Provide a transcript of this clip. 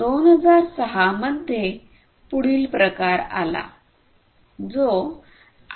2006 मध्ये पुढील प्रकार आला जो 802